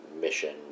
mission